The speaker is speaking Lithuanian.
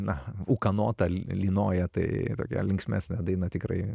na ūkanota ly lynoja tai tokia linksmesnė daina tikrai